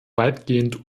weitgehend